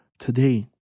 Today